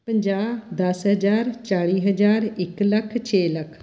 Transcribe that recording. ਪੰਜਾਹ ਦਸ ਹਜ਼ਾਰ ਚਾਲੀ ਹਜ਼ਾਰ ਇੱਕ ਲੱਖ ਛੇ ਲੱਖ